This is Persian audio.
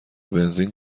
بنزین